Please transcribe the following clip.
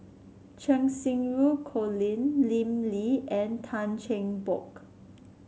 Cheng Xinru Colin Lim Lee and Tan Cheng Bock